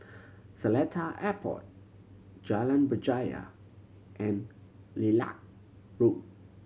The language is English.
Seletar Airport Jalan Berjaya and Lilac Road